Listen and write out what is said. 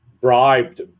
bribed